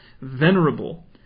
venerable